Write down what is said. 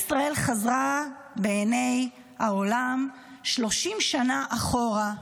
בעיני העולם כלכלת ישראל חזרה 30 שנה אחורה,